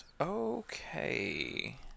Okay